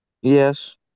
Yes